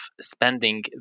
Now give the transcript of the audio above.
spending